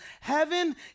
heaven